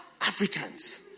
Africans